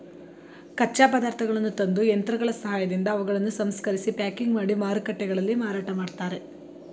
ಕಚ್ಚಾ ಪದಾರ್ಥಗಳನ್ನು ತಂದು, ಯಂತ್ರಗಳ ಸಹಾಯದಿಂದ ಅವುಗಳನ್ನು ಸಂಸ್ಕರಿಸಿ ಪ್ಯಾಕಿಂಗ್ ಮಾಡಿ ಮಾರುಕಟ್ಟೆಗಳಲ್ಲಿ ಮಾರಾಟ ಮಾಡ್ತರೆ